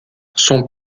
son